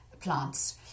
plants